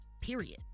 period